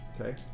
Okay